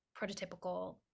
prototypical